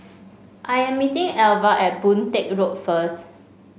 I am meeting Elva at Boon Teck Road first